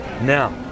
Now